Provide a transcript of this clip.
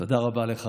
תודה רבה לך,